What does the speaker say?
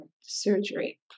surgery